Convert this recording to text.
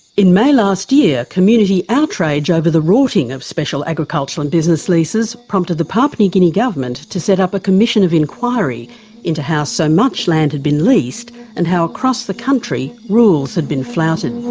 in may last year, community outrage over the rorting of special agricultural and business leases prompted the papua new guinea government to set up a commission of inquiry into how so much land had been leased and how, across the country, rules had been flouted.